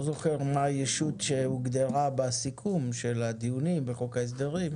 לא זוכר מה היישות שהוגדרה בסיכום של הדיונים בחוק ההסדרים,